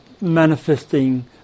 manifesting